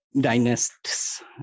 Dynasts